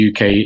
uk